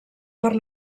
per